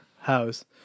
house